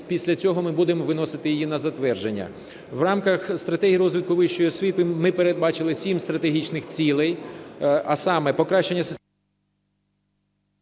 після цього ми будемо виносити її на затвердження. В рамках стратегії розвитку вищої освіти ми передбачили сім стратегічних цілей. А саме: покращення…